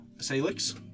Salix